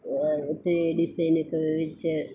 ഒത്തിരി ഡിസൈൻ ഒക്കെ വിവരിച്ച്